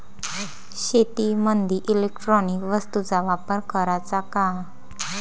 शेतीमंदी इलेक्ट्रॉनिक वस्तूचा वापर कराचा का?